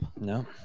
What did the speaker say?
No